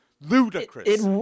Ludicrous